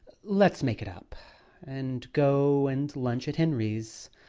let's make it up and go and lunch at henri's.